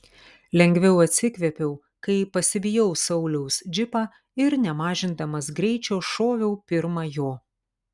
lengviau atsikvėpiau kai pasivijau sauliaus džipą ir nemažindamas greičio šoviau pirma jo